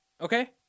Okay